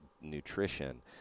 nutrition